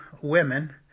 women